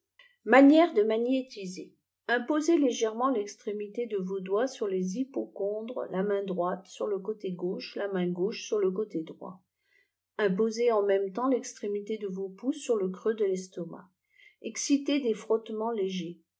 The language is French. manière de m fgnétiser imposez légèrement l'extrémité de vos doigts sur les hypocondres la main droite sur le côté gauche la main gauche sur le côté droit imposez en même temps l'extrémité de vos pouces sur le creux de l'estomac excitez des frottements légers